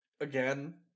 again